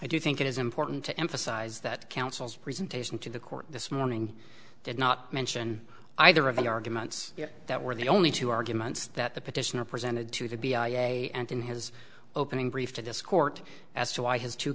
i do think it is important to emphasize that counsel's presentation to the court this morning did not mention either of the arguments that were the only two arguments that the petitioner presented to the b i a and in his opening brief to discord as to why his two